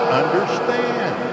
understand